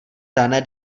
dané